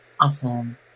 Awesome